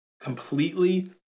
completely